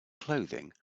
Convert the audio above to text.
clothing